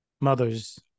mothers